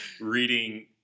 reading